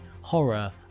Horror